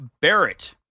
Barrett